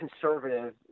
conservative